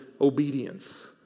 obedience